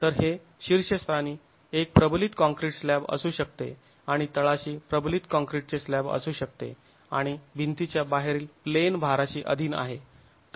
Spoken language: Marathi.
तर हे शीर्षस्थानी एक प्रबलीत काँक्रीट स्लॅब असू शकते आणि तळाशी प्रबलित काँक्रीटचे स्लॅब असू शकते आणि भिंतीच्या बाहेरील प्लेन भाराशी अधीन आहे